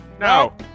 No